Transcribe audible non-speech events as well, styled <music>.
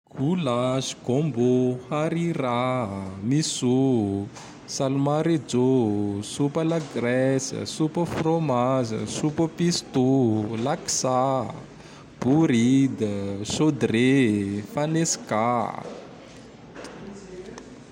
<noise> Golasy, <noise> gombô, <noise> harirà a, <noise> missô ô, <noise> salamarejô ô, <noise> soupe <noise> à la <noise> Grèce, <noise> soupe <noise> au frômage, <noise> soupe <noise> au <noise> Pistô ô, <noise> laksà a, <noise> bouride, <noise> sôdré, <noise> faneskà a!